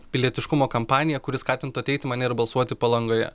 pilietiškumo kampanija kuri skatintų ateiti mane ir balsuoti palangoje